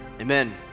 Amen